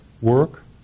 work